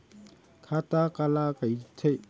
खाता काला कहिथे?